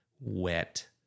wet